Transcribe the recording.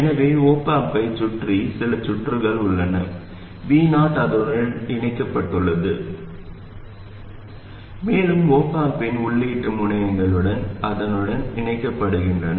எனவே op amp ஐச் சுற்றி சில சுற்றுகள் உள்ளன Vo அதனுடன் இணைக்கப்பட்டுள்ளது மேலும் op amp இன் உள்ளீட்டு முனையங்களும் அதனுடன் இணைக்கப்படுகின்றன